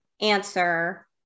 answer